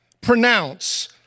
pronounce